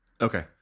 Okay